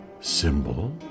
symbol